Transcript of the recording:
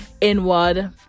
inward